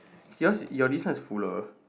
yours your this one is plural